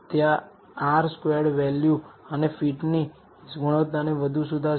તે R squared value અને ફિટની ગુણવત્તાને વધુ સુધારશે